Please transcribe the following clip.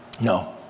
No